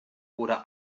oder